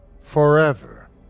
forever